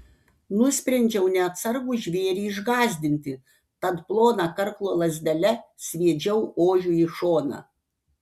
nusprendžiau neatsargų žvėrį išgąsdinti tad ploną karklo lazdelę sviedžiau ožiui į šoną